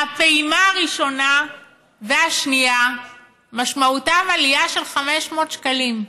הפעימה הראשונה והשנייה משמעותן עלייה של 500 שקלים.